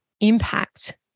impact